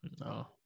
No